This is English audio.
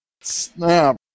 Snap